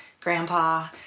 Grandpa